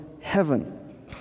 heaven